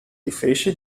differisce